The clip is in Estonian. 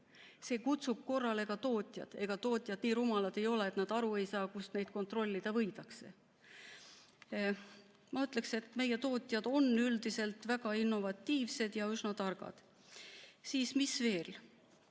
See kutsub tootjaid korrale. Ega tootjad nii rumalad ei ole, et nad aru ei saa, kust neid kontrollida võidakse. Ma ütleks, et meie tootjad on üldiselt väga innovatiivsed ja üsna targad. Mis siis veel?